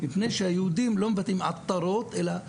מפני שהיהודים לא מבטאים 'עטרות' אלא 'עתרות'.